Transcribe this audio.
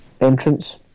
entrance